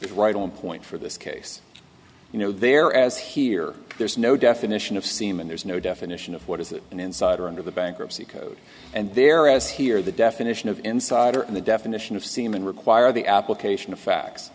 it's right on point for this case you know there as here there's no definition of semen there's no definition of what is it an insider under the bankruptcy code and there as here the definition of insider in the definition of semen require the application of facts